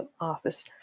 office